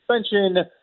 suspension